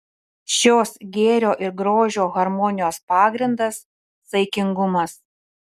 šios gėrio ir grožio harmonijos pagrindas saikingumas